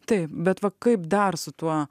taip bet va kaip dar su tuo